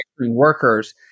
workers